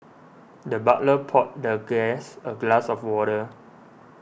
the butler poured the guest a glass of water